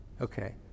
Okay